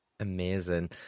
Amazing